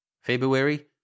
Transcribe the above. February